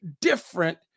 different